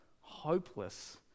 hopeless